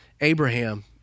Abraham